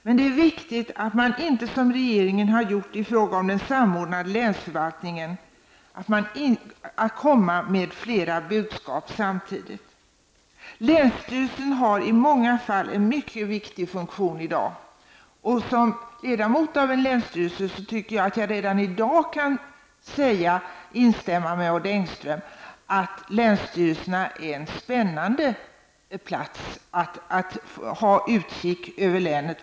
Men det är viktigt att man inte som regeringen har gjort i fråga om den samordnade länsförvaltningen kommer med flera budskap samtidigt. Länsstyrelserna har i många fall en mycket viktig funktion i dag. Som ledamot av en länsstyrelse tycker jag att jag kan instämma med Odd Engström och säga att länsstyrelserna redan i dag är en spännande plats, där man har utblick över länet.